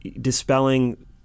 dispelling